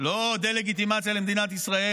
לא דה-לגיטימציה למדינת ישראל,